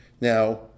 Now